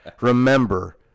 Remember